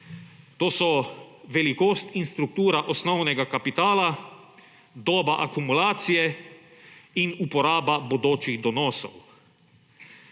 to so velikost in struktura osnovnega kapitala, doba akumulacije in uporaba bodočih donosov.